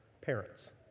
parents